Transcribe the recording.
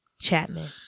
Chapman